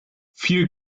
viel